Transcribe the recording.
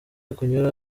kunyura